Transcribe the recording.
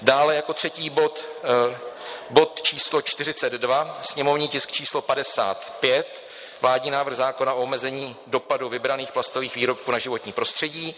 Dále jako třetí bod je bod číslo 42, sněmovní tisk číslo 55, Vládní návrh zákona o omezení dopadu vybraných plastových výrobků na životní prostředí.